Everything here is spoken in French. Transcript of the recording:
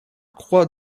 croix